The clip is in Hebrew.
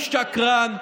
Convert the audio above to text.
הוא שקרן,